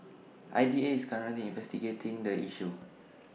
I D A is currently investigating the issue